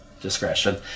discretion